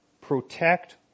protect